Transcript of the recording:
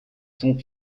son